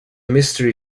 mystery